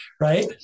right